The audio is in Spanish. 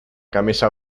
camisa